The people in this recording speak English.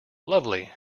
lovely